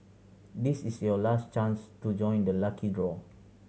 this is your last chance to join the lucky draw